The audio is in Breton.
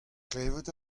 klevet